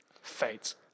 Fate